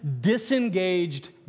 disengaged